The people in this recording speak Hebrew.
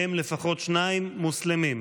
מהם לפחות שניים מוסלמים.